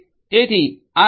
તેથી આ એસ